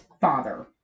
father